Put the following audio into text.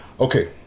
Okay